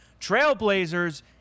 Trailblazers